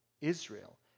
Israel